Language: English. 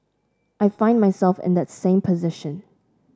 I find myself in that same position